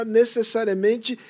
necessariamente